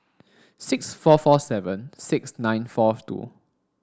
six four four seven six nine four two